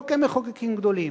לא כמחוקקים גדולים.